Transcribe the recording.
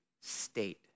state